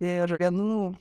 ir vienų